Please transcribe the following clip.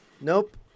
Nope